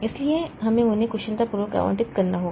इसलिए हमें उन्हें कुशलतापूर्वक आवंटित करना होगा